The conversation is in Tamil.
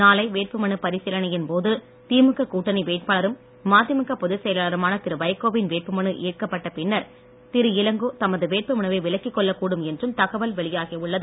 நாளை வேட்புமனு பரிசீலனையின் போது திமுக கூட்டணி வேட்பாளரும் மதிமுக பொதுச் செயலருமான திரு வைகோவின் வேட்பு மனு ஏற்கப்பட்ட பின்னர் திரு இளங்கோ தமது வேட்பு மனுவை விலக்கிக்கொள்ள கூடும் என்றும் தகவல் வெளியாகியுள்ளது